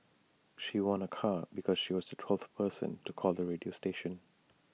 she won A car because she was the twelfth person to call the radio station